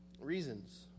reasons